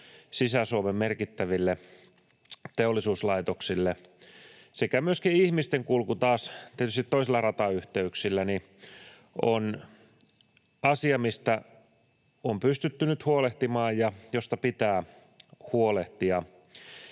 Sisä-Suomen merkittäville teollisuuslaitoksille sekä myöskin ihmisten kulku taas tietysti toisilla ratayhteyksillä on asia, mistä on pystytty nyt huolehtimaan ja josta pitää huolehtia.